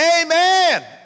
Amen